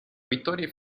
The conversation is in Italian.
vittoria